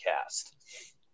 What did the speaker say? cast